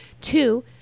Two